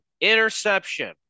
interception